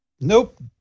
Nope